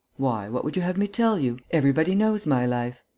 why, what would you have me tell you? everybody knows my life!